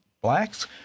blacks